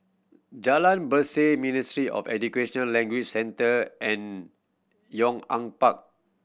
Jalan Berseh Ministry of Education Language Centre and Yong An Park